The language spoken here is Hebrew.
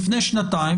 לפני שנתיים,